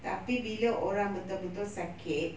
tapi bila orang betul-betul sakit